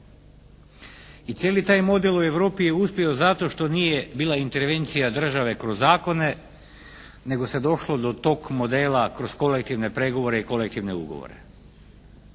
I cijeli taj model u Europi je uspio zato što nije bila intervencija države kroz zakone, nego se došlo do tog modela kroz kolektivne pregovore i kolektivne ugovore.